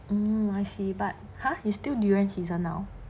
mm I see but !huh! it's still durian season now